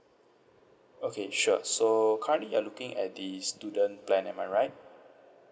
okay sure so currently you are looking at the student plan am I right